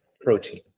protein